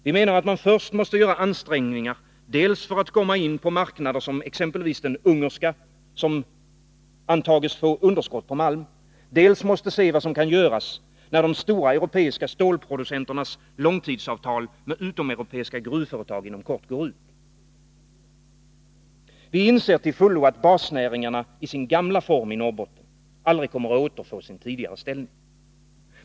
Vi vet att man först dels måste göra ansträngningar för att komma in på marknader, t.ex. den ungerska, som antas få underskott på malm, dels måste se vad som kan göras när de stora europeiska stålproducenternas långtidsavtal med utomeuropeiska gruvföretag inom kort går ut. Vi inser till fullo att basnäringarna i sin gamla form i Norrbotten aldrig kommer att återfå sin tidigare ställning.